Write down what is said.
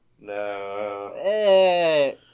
No